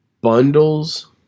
Bundles